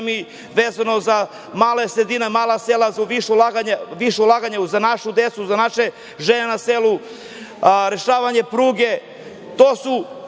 vezano za male sredine, za mala sela, za više ulaganja za našu decu, za naše žene na selu, rešavanje pruge.